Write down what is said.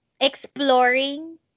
exploring